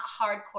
hardcore